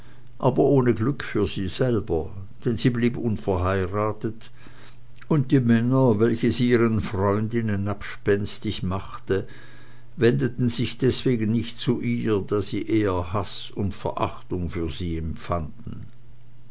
aber ohne glück für sie selber denn sie blieb unverheiratet und die männer welche sie ihren freundinnen abspenstig machte wendeten sich deswegen nicht zu ihr da sie eher haß und verachtung für sie empfanden